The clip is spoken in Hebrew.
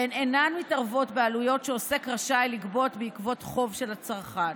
והן אינן מתערבות בעלויות שעוסק רשאי לגבות בעקבות חוב של הצרכן.